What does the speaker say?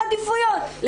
עדיפויות.